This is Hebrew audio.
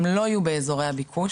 הם לא יהיו באזורי הביקוש.